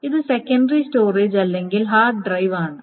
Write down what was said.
ഇത് secondary storage അല്ലെങ്കിൽ hard drive ആണ്